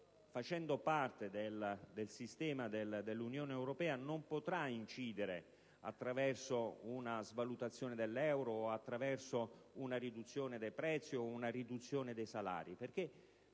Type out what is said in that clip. facendo parte del sistema dell'Unione europea, non potrà incidere attraverso una svalutazione dell'euro o una riduzione dei prezzi o dei salari,